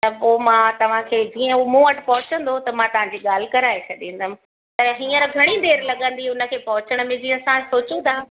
त पोइ मां तव्हांखे जीअं हू मूं वटि पहुचंदो त मां तव्हांखे ॻाल्हि कराए छॾींदमि त हींअर घणी देरि लॻंदी उनखे पहुचण में जीअं असां सोचियूं था